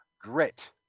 Grit